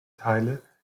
teile